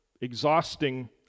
exhausting